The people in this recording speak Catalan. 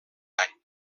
any